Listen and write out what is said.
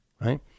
right